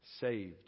saved